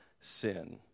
sin